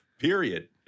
Period